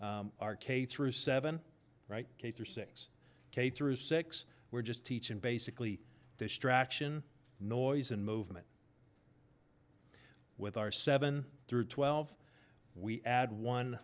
our k through seven right cater six k through six we're just teaching basically distraction noise and movement with our seven through twelve we add one